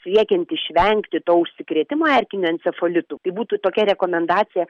siekiant išvengti to užsikrėtimo erkiniu encefalitu tai būtų tokia rekomendacija